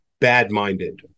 bad-minded